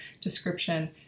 description